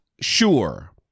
sure